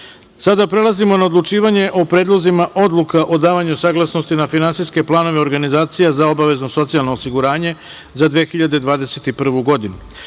prelazimo na odlučivanje o predlozima odluka o davanju saglasnosti na finansijske planove organizacija za obavezno socijalno osiguranje za 2021.